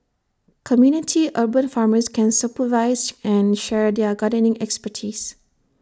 community 'urban farmers' can supervise and share their gardening expertise